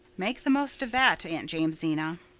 make the most of that, aunt jamesina.